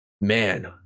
man